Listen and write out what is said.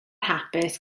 hapus